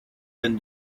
been